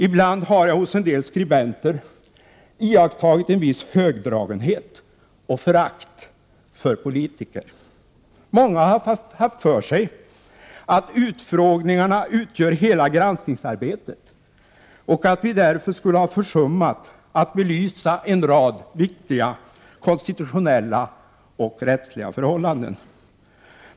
Ibland har jag hos en del skribenter iakttagit en viss högdragenhet och förakt för politiker. Många har haft för sig att utfrågningarna utgör hela granskningsarbetet, och att vi därför skulle ha försummat att belysa en rad viktiga konstitutionella och rättsliga förhållanden.